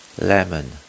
Lemon